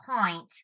point